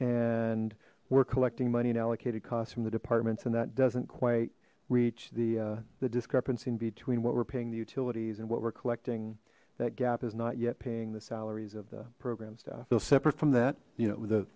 and we're collecting money and allocated costs from the department's and that doesn't quite reach the the discrepancy between what we're paying the utilities and what we're collecting that gap is not yet paying the salaries of the program staff they'll separate from that you know the